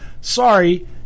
sorry